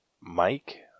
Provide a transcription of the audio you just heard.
Mike